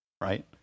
right